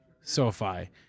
SoFi